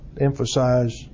emphasize